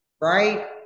right